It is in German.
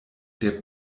der